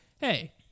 hey